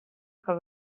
makke